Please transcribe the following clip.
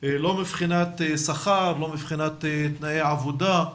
לא מבחינת שכר, לא מבחינת תנאי עבודה,